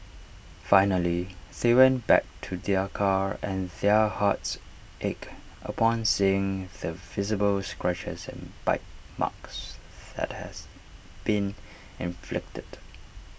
finally they went back to their car and their hearts ached upon seeing the visible scratches and bite marks that has been inflicted